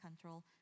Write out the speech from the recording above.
control